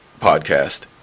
podcast